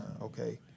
okay